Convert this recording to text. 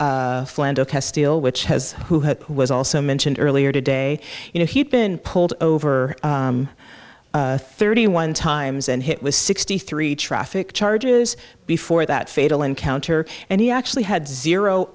steele which has who was also mentioned earlier today you know he'd been pulled over thirty one times and hit with sixty three traffic charges before that fatal encounter and he actually had zero